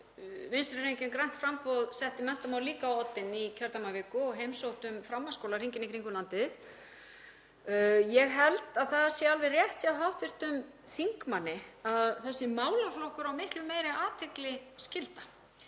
Vinstrihreyfingin – grænt framboð setti menntamál líka á oddinn í kjördæmaviku og við heimsóttum framhaldsskóla hringinn í kringum landið. Ég held að það sé alveg rétt hjá hv. þingmanni að þessi málaflokkur á miklu meiri athygli skilda